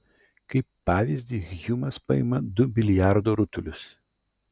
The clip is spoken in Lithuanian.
kaip pavyzdį hjumas paima du biliardo rutulius